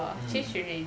mm